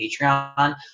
patreon